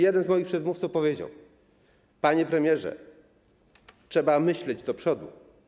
Jeden z moich przedmówców powiedział: panie premierze, trzeba myśleć do przodu.